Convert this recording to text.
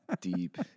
deep